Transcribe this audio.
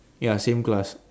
ya same class